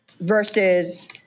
versus